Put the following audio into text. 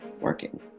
working